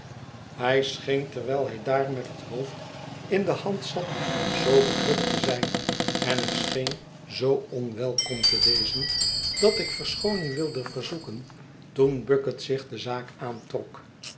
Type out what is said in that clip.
hij scheen terwijl hij daar met het hoofd in de hand zat zoo bedrukt te zijn en ik scheen zoo onwelkom te wezen dat ik verschooning wilde verzoeken toen bucket zich de zaak aantrok